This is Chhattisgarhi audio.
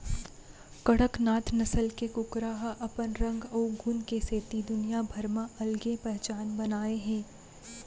कड़कनाथ नसल के कुकरा ह अपन रंग अउ गुन के सेती दुनिया भर म अलगे पहचान बनाए हे